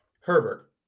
Herbert